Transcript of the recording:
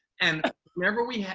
and whenever we,